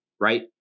Right